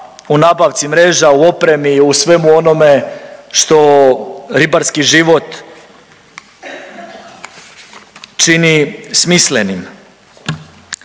u nabavci mreža, u opremi, u svemu onome što ribarski život čini smislenim.